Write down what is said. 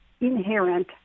inherent